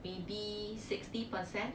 maybe sixty percent